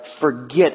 forget